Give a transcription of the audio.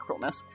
cruelness